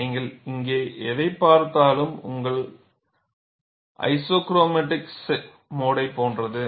நீங்கள் இங்கே எதைப் பார்த்தாலும் உங்கள் ஐசோக்ரோமாடிக்ஸ் மோடுயைப் போன்றது